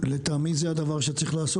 לטעמי זה הדבר שצריך לעשות.